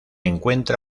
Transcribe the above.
encuentra